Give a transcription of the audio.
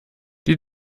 die